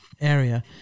area